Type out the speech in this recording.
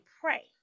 pray